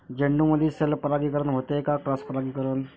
झेंडूमंदी सेल्फ परागीकरन होते का क्रॉस परागीकरन?